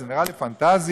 זאת נראית לי פנטזיה.